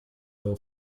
all